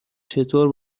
چطور